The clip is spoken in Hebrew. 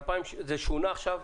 זה שונה עכשיו?